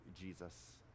Jesus